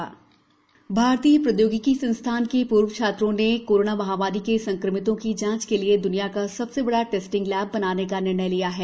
राष्टीय corona mega lab भारतीय प्रौद्योगिकी संस्थान आईआईटी के पूर्व छात्रों ने कोरोना महामारी के संक्रमितों की जांच के लिए द्निया का सबसे बड़ा टेस्टिंग लैब बनाने का निर्णय लिया है